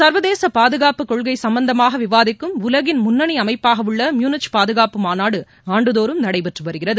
சர்வதேசபாதுகாப்பு கொள்கைசம்பந்தமாகவிவாதிக்கும் உலகின் முன்னணிஅமைப்பாகஉள்ள மூனிச் பாதுகாப்பு மாநாடுஆண்டுதோறும் நடைபெற்றுவருகிறது